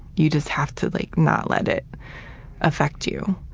you just have to like not let it affect you.